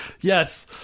yes